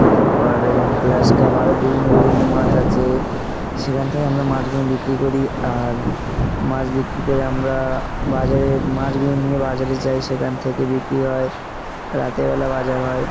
তারপরে grass carp আরও বিভিন্ন বিভিন্ন মাছ আছে সেখান থেকে আমরা মাছগুলো বিক্রি করি আর মাছ বিক্রি করে আমরা বাজারে মাছগুলো নিয়ে বাজারে যাই সেখান থেকে বিক্রি হয় রাতেরবেলা বাজার হয়